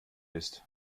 ist